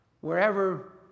wherever